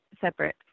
separate